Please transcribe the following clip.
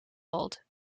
old